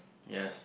yes